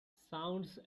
sound